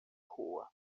rua